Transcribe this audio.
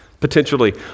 potentially